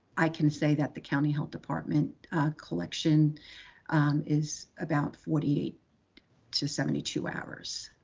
i can say that the county health department collection is about forty eight to seventy two hours.